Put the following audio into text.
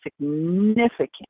Significant